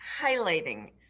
highlighting